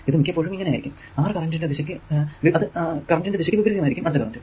ഇത് മിക്കപ്പോഴും ഇങ്ങനെ ആയിരിക്കും ആറു കറന്റിന്റെ ദിശക്ക് വിപരീതമായിരിക്കും അടുത്ത കറന്റ്